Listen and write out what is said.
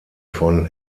von